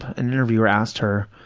an interviewer asked her,